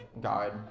God